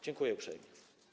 Dziękuję uprzejmie.